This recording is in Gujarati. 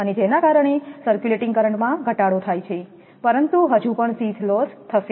અને જેના કારણે સર્ક્યુલેટિંગ કરંટ માં ઘટાડો થાય છે પરંતુ હજુ પણ શીથ લોસ થશે